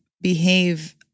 behave